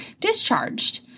discharged